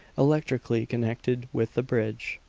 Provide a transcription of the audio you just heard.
electrically connected with the bridge.